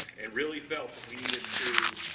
and really felt that we needed to